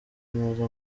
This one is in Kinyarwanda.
neza